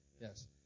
Yes